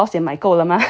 ya err 保险买够了吗